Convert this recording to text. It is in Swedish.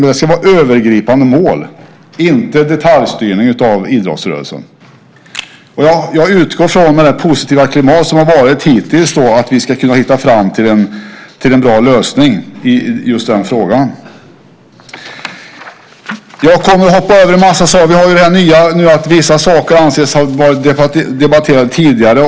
Men det ska vara övergripande mål, inte detaljstyrning av idrottsrörelsen. Med det positiva klimat som hittills har varit utgår jag från att vi ska kunna hitta fram till en bra lösning i just den frågan. Jag kommer att hoppa över en massa saker. Vi har en ny ordning, och vissa saker anses ha debatterats tidigare.